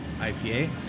IPA